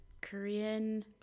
Korean